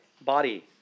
body